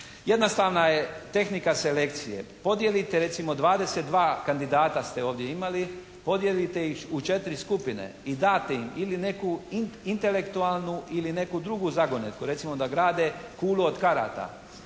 Jednostavna je tehnika selekcije. Podijelite recimo 22 kandidata ste ovdje imali, podijelite ih u 4 skupine i date im ili neki intelektualnu ili neku drugu zagonetku, recimo da grade kulu od karata.